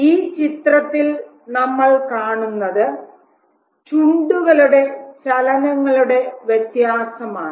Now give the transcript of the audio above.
ഈ ചിത്രത്തിൽ നമ്മൾ കാണുന്നത് ചുണ്ടുകളുടെ ചലനങ്ങളുടെ വ്യത്യാസമാണ്